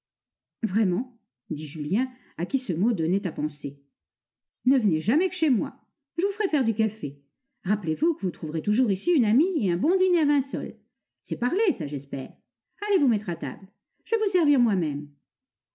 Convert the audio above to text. vraiment dit julien à qui ce mot donnait à penser ne venez jamais que chez moi je vous ferai faire du café rappelez-vous que vous trouverez toujours ici une amie et un bon dîner à vingt sols c'est parler ça j'espère allez vous mettre à table je vais vous servir moi-même